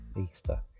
Easter